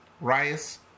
rice